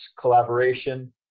collaboration